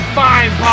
fine